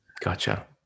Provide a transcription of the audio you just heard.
Gotcha